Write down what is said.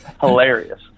Hilarious